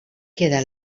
queda